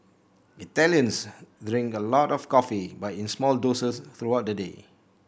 Italians drink a lot of coffee but in small doses throughout the day